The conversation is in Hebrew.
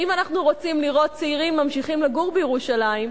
ואם אנחנו רוצים לראות צעירים ממשיכים לגור בירושלים,